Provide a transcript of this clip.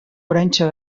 oraintxe